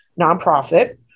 nonprofit